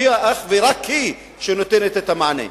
שאך ורק היא נותנת מענה.